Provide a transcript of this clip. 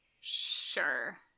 Sure